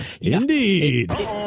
Indeed